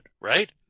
right